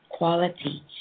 quality